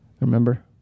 remember